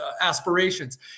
aspirations